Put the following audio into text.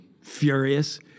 furious